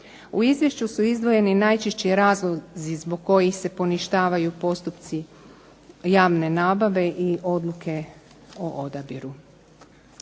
U izvješću su izdvojeni najčešći razlozi zbog kojih se poništavaju postupci javne nabave i odluke o odabiru.